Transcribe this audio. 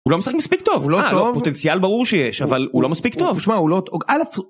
הוא לא משחק מספיק טוב, אה לא פוטנציאל ברור שיש, אבל הוא לא מספיק טוב, שמע הוא לא, אלף